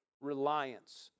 reliance